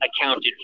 accounted